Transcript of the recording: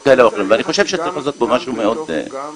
כאלה ואחרות ואני חושב שצריך לעשות פה משהו מאוד מוסדר.